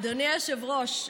אדוני היושב-ראש,